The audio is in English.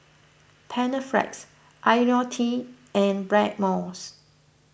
Panaflex Ionil T and Blackmores